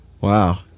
Wow